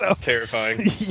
Terrifying